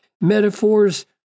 metaphors